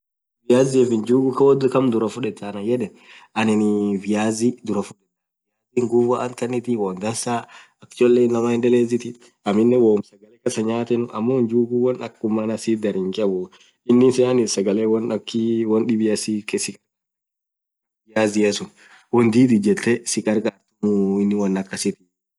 viaziaf njuguu khaam dhurafudhetha Annan yedhe anin viazi dhurah fudhedha nguvu anthi kanithii won dhansaaa akha acholee inamaa endelzithi aminen woom sagale kasanyathenu ammo njuguu won khumana kasith dharu hinkabhuu inin sagale akhi won dhibia sagale won viaziasun won dhidi ijethee sikarkarthu inin won akasithimuu